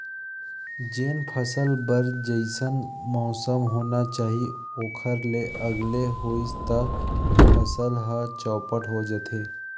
जेन फसल बर जइसन मउसम होना चाही ओखर ले अलगे होइस त फसल ह चउपट हो जाथे